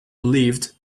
believed